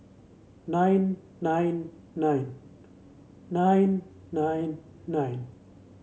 nine nine nine nine nine nine